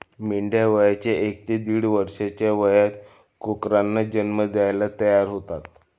मेंढ्या वयाच्या एक ते दीड वर्षाच्या वयात कोकरांना जन्म द्यायला तयार होतात